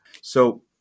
So-